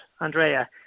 Andrea